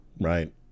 right